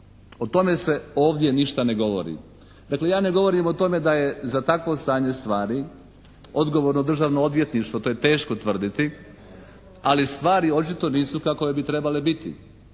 O tome se ovdje ništa ne govori. Dakle, ja ne govorim o tome da je za takvo stanje stvari odgovorno Državno odvjetništvo, to je teško tvrditi, ali stvari očito nisu kakove bi trebale biti.